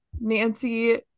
Nancy